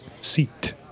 Seat